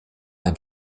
ein